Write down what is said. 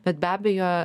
bet be abejo